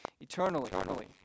eternally